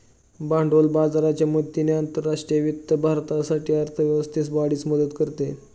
भांडवल बाजाराच्या मदतीने आंतरराष्ट्रीय वित्त भारतासाठी अर्थ व्यवस्थेस वाढीस मदत करते